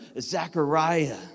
Zechariah